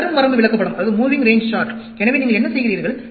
நகரும் வரம்பு விளக்கப்படம் எனவே நீங்கள் என்ன செய்கிறீர்கள்